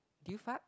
did you fart